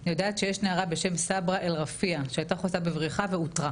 גורמים שתמיד דואגים לקחת גם עם סוגיות קצה נטולת הקשר וגם להפוך אותן